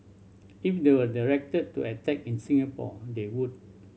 if they were directed to attack in Singapore they would